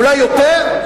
אולי יותר?